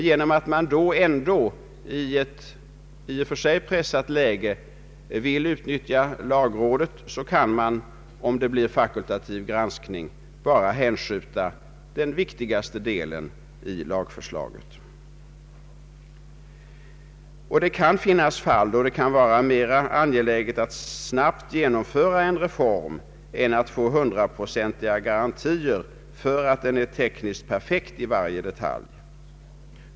Vill man ändå i ett i och för sig pressat läge utnyttja lagrådet, kan man — om det blir fakultativ granskning — hänskjuta bara den viktigaste delen av lagförslaget till lagrådet. Det kan finnas fall då det anses mer angeläget att snabbt genomföra en reform än att få hundraprocentiga garantier för att den är tekniskt perfekt i varje detalj.